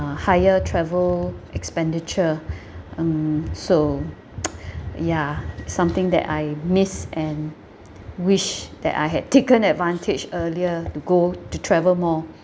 ha~ higher travel expenditure um so ya something that I miss and wish that I had taken advantage earlier to go to travel more